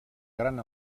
gran